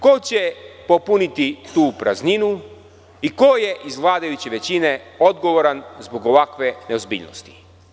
Ko će popuniti tu prazninu i ko je iz vladajuće većine odgovoran zbog ovakve neozbiljnosti?